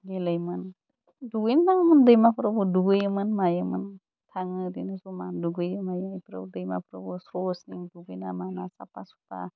गेलेयोमोन दुगैनोबा दैमाफोरावबो दुगैयोमोन मायोमोन थाङो ओरैनो जमा दुगैयो मायो बिफोराव दैमाफ्रावबो स्र'स्र' नों दुगैना माना साफा सुफा